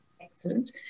Excellent